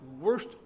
worst